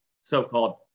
so-called